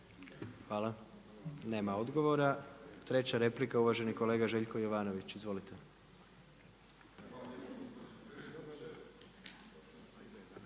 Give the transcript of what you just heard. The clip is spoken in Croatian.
Hvala. Nema odgovora. Treća replika uvaženi kolega Željko Jovanović.